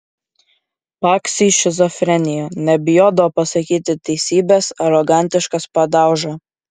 paksiui šizofrenija nebijodavo pasakyti teisybės arogantiškas padauža